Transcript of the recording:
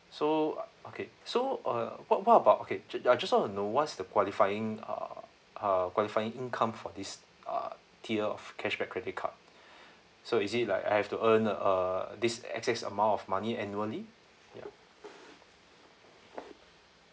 so okay so uh what what about okay I just want to know what's the qualifying uh qualifying income for this uh tier of cashback credit card so is it like I have to earn a this excess amount of money annually ya